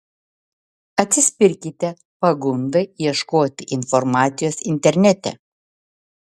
atsispirkite pagundai ieškoti informacijos internete